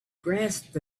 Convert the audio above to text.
grasped